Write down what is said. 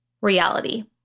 reality